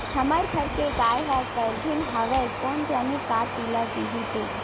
हमर घर के गाय ह गाभिन हवय कोन जनी का पिला दिही ते